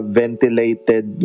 ventilated